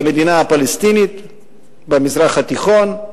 למדינה הפלסטינית במזרח התיכון.